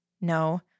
No